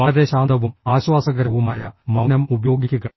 വളരെ ശാന്തവും ആശ്വാസകരവുമായ മൌനം ഉപയോഗിക്കുക